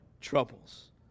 troubles